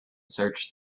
searched